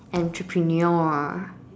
entrepreneur